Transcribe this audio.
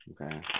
Okay